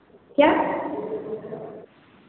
क्या